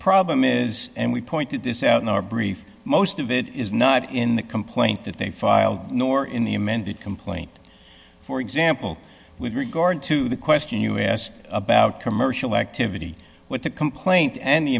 problem is and we pointed this out in our brief most of it is not in the complaint that they filed nor in the amended complaint for example with regard to the question you asked about commercial activity with the complaint an